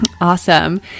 awesome